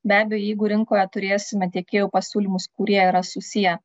be abejo jeigu rinkoje turėsime tiekėjų pasiūlymus kurie yra susiję